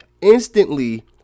Instantly